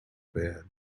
bed